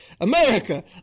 America